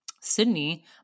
Sydney